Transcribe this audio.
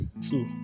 Two